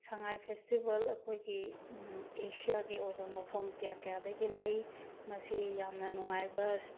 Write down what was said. ꯁꯉꯥꯏ festival ꯑꯩꯈꯣꯏꯒꯤ ꯑꯦꯁꯤꯌꯥꯒꯤ ꯑꯣꯏꯕ ꯃꯐꯝ ꯀꯌꯥ ꯀꯌꯥꯗꯒꯤ ꯂꯥꯛꯏ ꯃꯁꯤ ꯌꯥꯝꯅ ꯅꯨꯡꯉꯥꯏꯕ